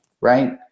right